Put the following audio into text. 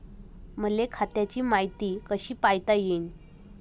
मले खात्याची मायती कशी पायता येईन?